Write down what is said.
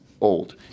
old